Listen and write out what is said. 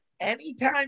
anytime